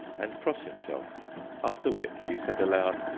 and cross himself after which he said aloud,